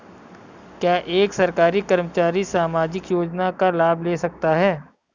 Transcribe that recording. क्या एक सरकारी कर्मचारी सामाजिक योजना का लाभ ले सकता है?